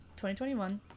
2021